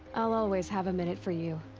i'll always have a minute for you.